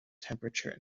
temperature